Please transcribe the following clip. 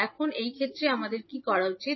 এখন এই ক্ষেত্রে আমাদের কি করা উচিত